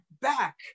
back